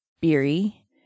Beery